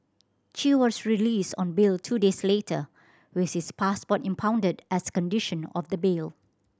chew was released on bail two days later with his passport impounded as a condition of the bail